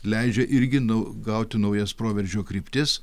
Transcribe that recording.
leidžia irgi nu gauti naujas proveržio kryptis